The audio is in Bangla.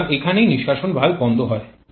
সুতরাং এখানেই নিষ্কাশন ভালভ বন্ধ হয়